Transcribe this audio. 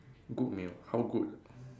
good meal how good